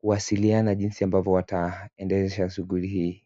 kuwasiliana jinsi ambavyo wataendeleza shughuli hii.